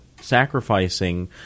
sacrificing